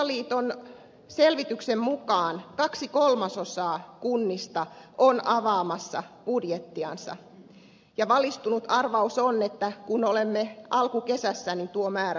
kuntaliiton selvityksen mukaan kaksi kolmasosaa kunnista on avaamassa budjettiansa ja valistunut arvaus on että kun olemme alkukesässä niin tuo määrä kasvaa